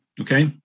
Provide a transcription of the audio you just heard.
Okay